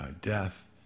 Death